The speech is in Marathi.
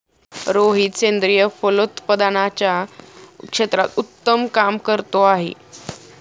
रोहित सेंद्रिय फलोत्पादनाच्या क्षेत्रात उत्तम काम करतो आहे